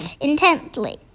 Intently